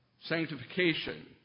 sanctification